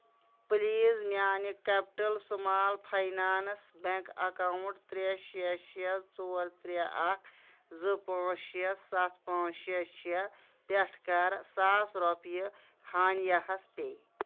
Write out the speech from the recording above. please میانہِ Capital Small Finance Bank account ترٛے شیٚے شیٚے ژور ترٛے اکھ زٕ پانٛژھ شیٚے سَتھ پانٛژھ شیٚے شیٚے پٮ۪ٹھٕ کَر ساس رۄپیہِ ہانِیہ ہَس پے